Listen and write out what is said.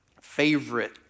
favorite